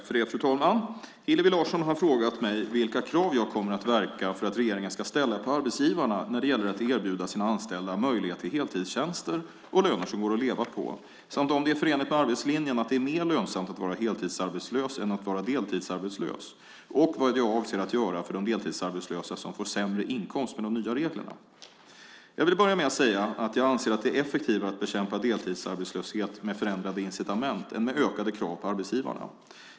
Fru talman! Hillevi Larsson har frågat mig vilka krav jag kommer att verka för att regeringen ska ställa på arbetsgivarna när det gäller att erbjuda sina anställda möjlighet till heltidstjänster och löner som går att leva på, samt om det är förenligt med arbetslinjen att det är mer lönsamt att vara heltidsarbetslös än att vara deltidsarbetslös och vad jag avser att göra för de deltidsarbetslösa som får sämre inkomst med de nya reglerna. Jag vill börja med att säga att jag anser att det är effektivare att bekämpa deltidsarbetslöshet med förändrade incitament än med ökade krav på arbetsgivarna.